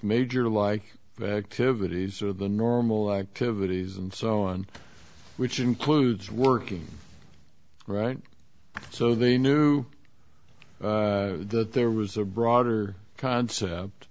major like activities or the normal activities and so on which includes working right so they knew that there was a broader